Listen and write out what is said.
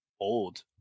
Old